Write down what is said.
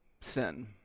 Sin